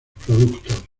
productos